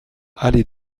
allée